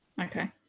Okay